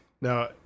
Now